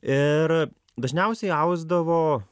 ir dažniausiai ausdavo